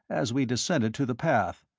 as we descended to the path,